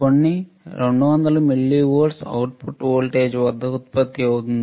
కొన్ని 200 మిల్లీవోల్ట్లు output voltage వద్ద ఉత్పత్తి అవుతుంది